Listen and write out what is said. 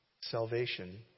salvation